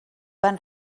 van